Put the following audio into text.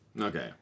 Okay